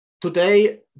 Today